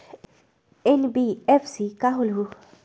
NBFC का होलहु?